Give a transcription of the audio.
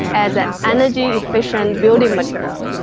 as an energy efficient building material.